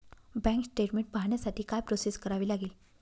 Bank statement पाहण्यासाठी काय process करावी लागेल?